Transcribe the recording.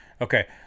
Okay